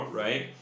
right